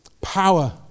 power